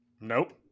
Nope